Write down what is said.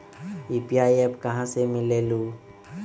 UPI app कहा से मिलेलु?